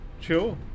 Sure